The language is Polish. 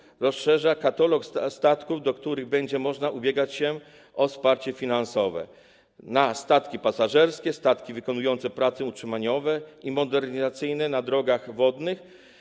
Po drugie, rozszerza katalog statków, dla których będzie można ubiegać się o wsparcie finansowe, o statki pasażerskie i statki wykonujące prace utrzymaniowe i modernizacyjne na drogach wodnych.